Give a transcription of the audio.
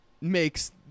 makes